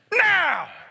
now